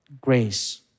grace